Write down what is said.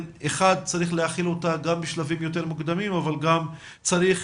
צריך להחיל אותה גם בשלבים יותר מתקדמים אבל גם צריך